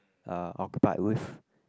uh occupied with